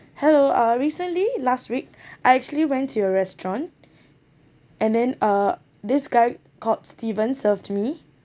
hello uh recently last week I actually went to your restaurant and then uh this guy called steven served me